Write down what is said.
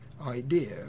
idea